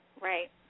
Right